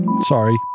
Sorry